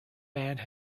band